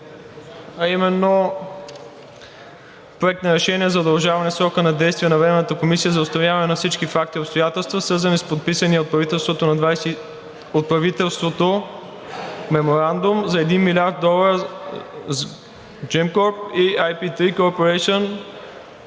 а именно Проект на решение за удължаване срока на действие на Временната комисия за установяване на всички факти и обстоятелства, свързани с подписания от правителството Меморандум за 1 млрд. долара с Gemcorp и IP3 Corporation.